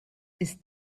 ist